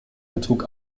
betrug